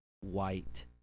white